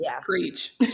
preach